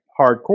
hardcore